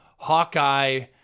Hawkeye